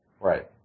Right